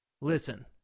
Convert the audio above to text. listen